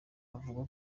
avuga